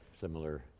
similar